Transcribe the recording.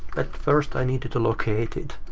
but first i need to to locate it.